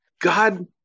God